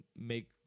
make